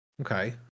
okay